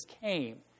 came